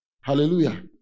Hallelujah